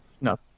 No